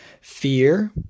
Fear